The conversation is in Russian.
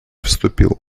вступил